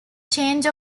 change